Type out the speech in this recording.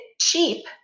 cheap